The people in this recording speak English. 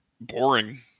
boring